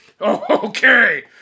Okay